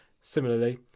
Similarly